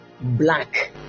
black